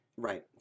Right